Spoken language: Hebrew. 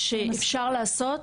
שאפשר לעשות